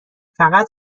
فقط